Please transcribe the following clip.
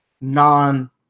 non